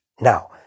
Now